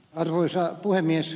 arvoisa puhemies